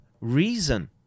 reason